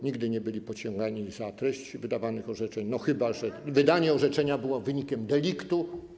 Nigdy nie byli pociągani za treści wydawanych orzeczeń, chyba że wydanie orzeczenia było wynikiem deliktu.